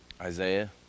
Isaiah